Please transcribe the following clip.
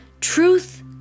Truth